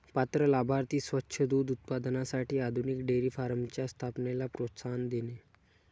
पात्र लाभार्थी स्वच्छ दूध उत्पादनासाठी आधुनिक डेअरी फार्मच्या स्थापनेला प्रोत्साहन देणे